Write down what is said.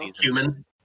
human